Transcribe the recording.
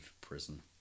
Prison